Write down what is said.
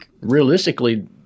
realistically